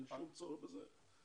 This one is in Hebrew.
אין שום צורך בזה.